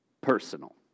personal